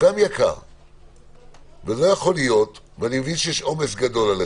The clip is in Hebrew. לא ייתכן, ואני מבין שיש עליכם עומס גדול,